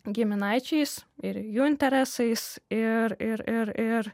giminaičiais ir jų interesais ir ir ir ir